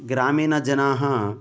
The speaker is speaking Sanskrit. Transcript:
ग्रामीणजनाः